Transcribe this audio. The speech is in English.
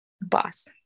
boss